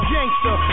Gangster